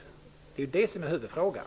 Det är huvudfrågan.